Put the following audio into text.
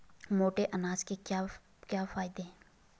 मोटे अनाज के क्या क्या फायदे हैं?